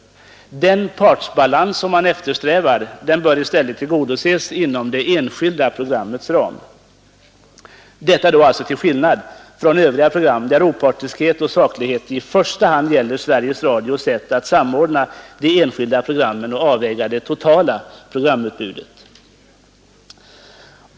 Den partsbalans som man eftersträvar bör i stället tillgodoses inom det enskilda programmets ram; detta då till skillnad från övriga program där opartiskhet och saklighet i första hand gäller Sveriges Radios sätt att samordna de enskilda programmen och avväga det totala programutbudet.